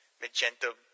magenta